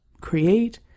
create